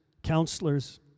counselors